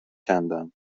کندم